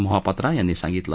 मोहापात्रा यांनी सांगितल